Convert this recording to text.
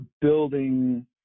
building